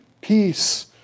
peace